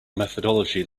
methodology